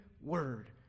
word